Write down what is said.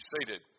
seated